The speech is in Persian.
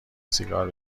سیگار